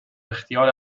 اختیار